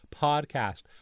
podcast